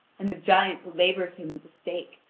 and the giant belabours him with the stake,